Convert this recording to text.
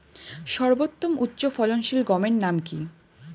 সর্বতম উচ্চ ফলনশীল গমের নাম কি?